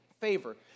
favor